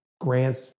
grants